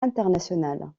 internationales